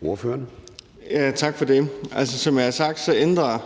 Kl. 14:19 Formanden (Søren Gade): Ordføreren.